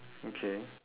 okay